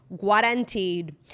Guaranteed